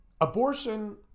Abortion